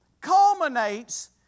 culminates